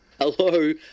hello